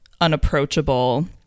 unapproachable